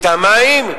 את המים,